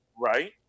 right